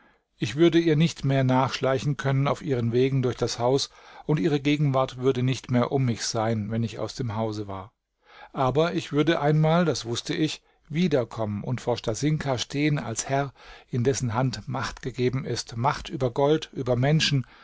ich würde ihr nicht mehr nachschleichen können auf ihren wegen durch das haus und ihre gegenwart würde nicht mehr um mich sein wenn ich aus dem hause war aber ich würde einmal das wußte ich wieder kommen und vor stasinka stehen als herr in dessen hand macht gegeben ist macht über gold über menschen